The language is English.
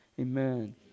Amen